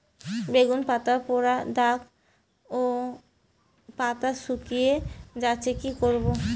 বেগুন পাতায় পড়া দাগ ও পাতা শুকিয়ে যাচ্ছে কি করব?